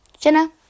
Jenna